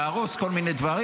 להרוס כל מיני דברים.